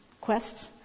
Quest